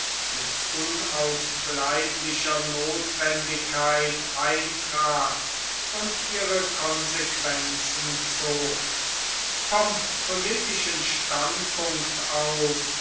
mit unausbleiblicher notwendigkeit eintrat und ihre konsequenzen zog vom politischen standpunkt aus